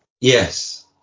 Yes